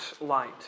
light